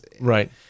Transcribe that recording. Right